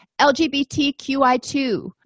LGBTQI2